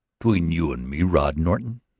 between you and me, rod norton,